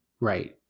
Right